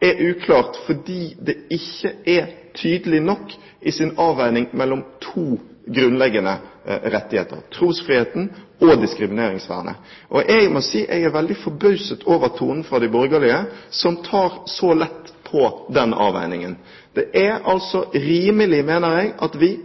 er uklart fordi det ikke er tydelig nok i sin avveining mellom to grunnleggende rettigheter – trosfriheten og diskrimineringsvernet. Jeg må si jeg er veldig forbauset over tonen fra de borgerlige, som tar så lett på den avveiningen. Jeg mener det er rimelig at vi